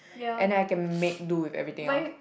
and I can make do with everything else